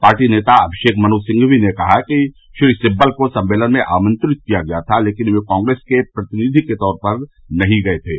party नेता अभिषेक मनु सिंघवी ने कहा कि श्री सिब्बल को सम्मेलन में आमंत्रित किया गया था लेकिन वे वहां कांग्रेस के प्रतिनिधि के तौर पर नहीं गए थे